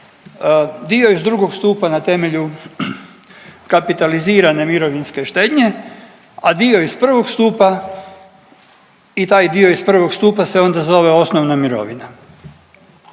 Dio iz drugog stupa na temelju kapitalizirane mirovinske štednje, a dio iz prvog stupa i taj dio iz prvog stupa se onda zove osnovna mirovina.